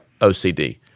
OCD